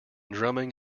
drumming